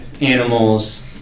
animals